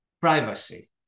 privacy